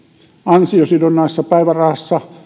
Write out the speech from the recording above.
ansiosidonnaisessa päivärahassa